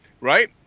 right